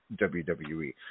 WWE